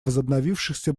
возобновившихся